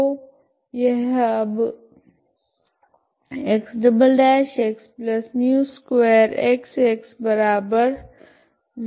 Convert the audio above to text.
तो यह अब ओ X μ2X 0DE है